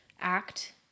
act